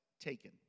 taken